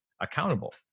accountable